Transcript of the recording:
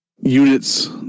units